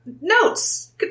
notes